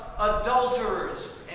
adulterers